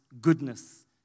goodness